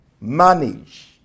manage